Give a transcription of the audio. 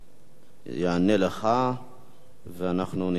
יענה לך ואנחנו נתקדם הלאה.